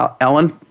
Ellen